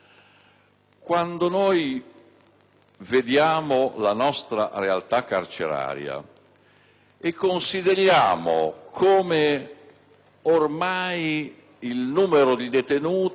guardiamo alla nostra realtà carceraria e consideriamo come ormai il numero di detenuti sia almeno doppio